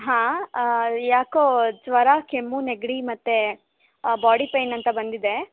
ಹಾಂ ಯಾಕೋ ಜ್ವರ ಕೆಮ್ಮು ನೆಗಡಿ ಮತ್ತು ಬಾಡಿ ಪೇಯ್ನ್ ಅಂತ ಬಂದಿದ್ದೆ